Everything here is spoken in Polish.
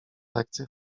lekcje